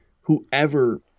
whoever